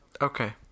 Okay